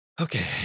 Okay